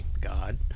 god